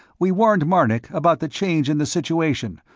we warned marnik about the change in the situation,